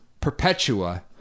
Perpetua